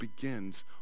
begins